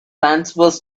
transverse